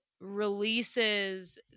releases